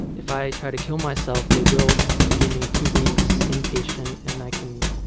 if i try to kill myself, they will give me two weeks inpatient and i can